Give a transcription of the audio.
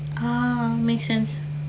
oh makes sense